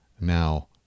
Now